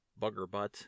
buggerbutt